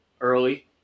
early